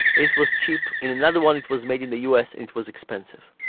it was cheap, in another one it was made in the us and it was expensive.